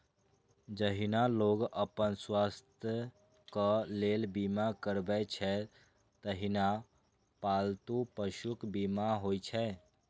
जहिना लोग अपन स्वास्थ्यक लेल बीमा करबै छै, तहिना पालतू पशुक बीमा होइ छै